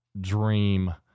dream